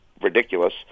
ridiculous